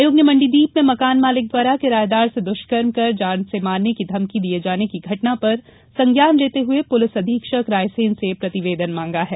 आयोग ने मंडीदीप में मकान मालिक द्वारा किराएदार से द्वष्कर्म कर जान से मारने की धमकी दिये जाने की घटना पर संज्ञान लेते हुए पुलिस अधीक्षक रायसेन से प्रतिवेदन मांगा है